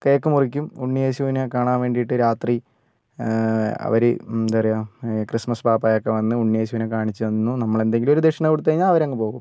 cake മുറിക്കും ഉണ്ണിയേശുനേ കാണാൻ വേണ്ടിയിട്ട് രാത്രി അവര് എന്താപറയാ ക്രിസ്മസ് പാപ്പ ഒക്കെ വന്ന് ഉണ്ണ് യേശുവിനെ കാണിച്ച് തന്നു നമ്മൾ എന്തെങ്കിലും ഒരു ദക്ഷിണ കൊടുത്ത് കഴിഞ്ഞ ആവരങ് പോവും